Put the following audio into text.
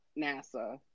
NASA